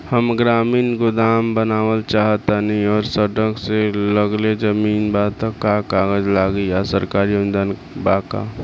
हम ग्रामीण गोदाम बनावल चाहतानी और सड़क से लगले जमीन बा त का कागज लागी आ सरकारी अनुदान बा का?